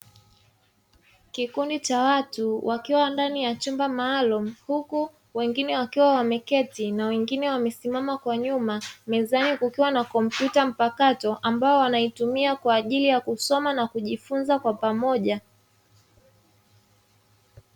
Kikundi cha watu wakiwa ndani ya chumba maalumu huku wengine wakiwa wameketi na wengine wamesimama kwa nyuma. Mezani kukiwa na kompyuta mpakato ambayo wanaitumia kwa ajili ya kusoma na kujifunza kwa pamoja.